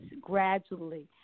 gradually